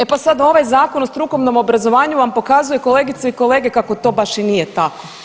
E pa sad ovaj Zakon o strukovnom obrazovanju vam pokazuje kolegice i kolege kako to baš i nije tako.